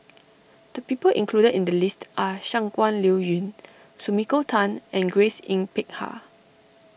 the people included in the list are Shangguan Liuyun Sumiko Tan and Grace Yin Peck Ha